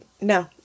No